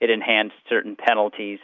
it enhanced certain penalties